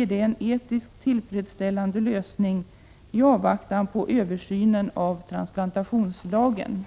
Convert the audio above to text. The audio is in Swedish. är det en etiskt tillfredsställande lösning i avvaktan på översynen av transplantationslagen.